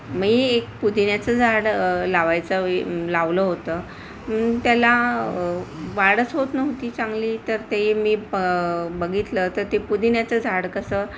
मी एक पुदिन्याचं झाड लावायचं व लावलं होतं त्याला वाढच होत नव्हती चांगली तर ते मी ब बघितलं तर ते पुदिन्याचं झाड कसं